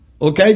Okay